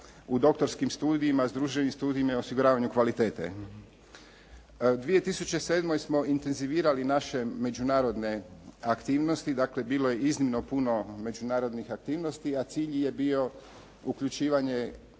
u doktorskim studijima, združenim studijima, osiguravanju kvalitete. U 2007. smo intezivirali naše međunarodne aktivnosti, dakle, bilo je iznimno puno međunarodnih aktivnosti a cilj je bio uključivanje